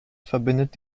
verbindet